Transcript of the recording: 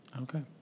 Okay